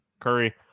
Curry